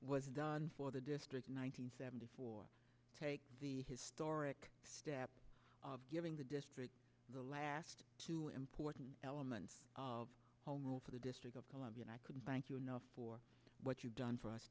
was done for the district nine hundred seventy four take the historic step of giving the district the last two important elements of home rule for the district of columbia and i couldn't thank you enough for what you've done for us